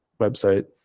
website